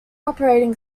operating